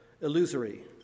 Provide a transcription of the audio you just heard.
Illusory